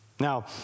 Now